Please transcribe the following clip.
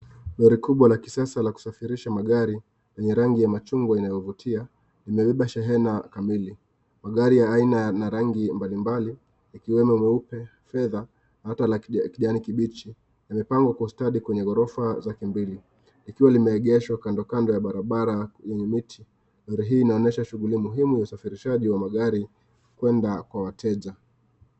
Gari kubwa la kisasa la kusafirisha magari lenye rangi ya machungwa inayofutia imebeba shehena kamili. Magari ya aina mbali mbali ikiwemo nyeupe, fedha na hata kijani kibichi, imepangwa kwa ustadi kwenye gorofa zake mbili ikiwa limeegeshwa kando kando ya barabara yenye miti. Gari hii inaonyesha shughuli muhimu ya usafirishaji wa magari kwenda kwa wateja.